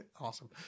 awesome